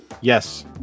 Yes